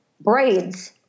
braids